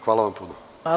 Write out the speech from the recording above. Hvala vam puno.